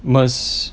must